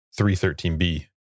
313b